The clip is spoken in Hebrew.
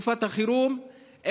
בתקופת החירום,